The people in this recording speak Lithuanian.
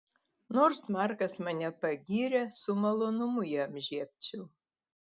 nors markas mane pagyrė su malonumu jam žiebčiau